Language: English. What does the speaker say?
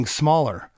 smaller